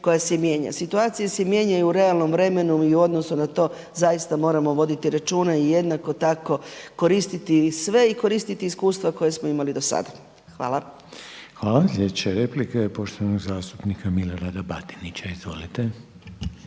koja se mijenja. Situacije se mijenjaju u realnom vremenu i u odnosu na to zaista moramo voditi računa i jednako tako koristiti sve i koristiti iskustva koja smo imali do sada. Hvala. **Reiner, Željko (HDZ)** Hvala. Slijedeća replika je poštovanog zastupnika Milorada Batinića. Izvolite!